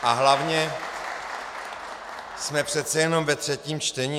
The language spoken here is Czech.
A hlavně, jsme přece jenom ve třetím čtení.